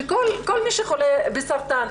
כל מי שחולה בסרטן,